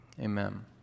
amen